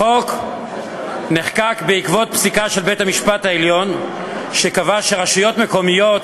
החוק נחקק בעקבות פסיקה של בית המשפט העליון שקבע שרשויות מקומיות